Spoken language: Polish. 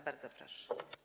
Bardzo proszę.